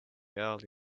early